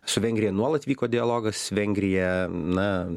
su vengrija nuolat vyko dialogas vengrija na